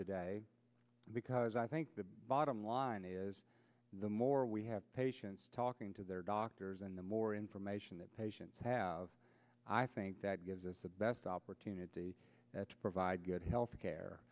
today because i think the bottom line is the more we have patients talking to their doctors and the more information that patients have i think that gives us the best opportunity to provide good health care